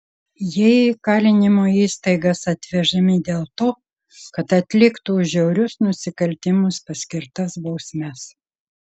jie į įkalinimo įstaigas atvežami dėl to kad atliktų už žiaurius nusikaltimus paskirtas bausmes